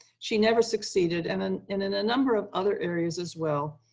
she never succeeded. and and in in a number of other areas as well,